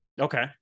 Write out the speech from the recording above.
Okay